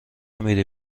میری